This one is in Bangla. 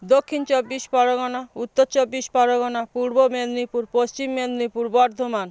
দক্ষিণ চব্বিশ পরগনা উত্তর চব্বিশ পরগনা পূর্ব মেদিনীপুর পশ্চিম মেদিনীপুর বর্ধমান